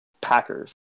Packers